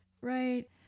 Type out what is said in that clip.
Right